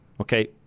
Okay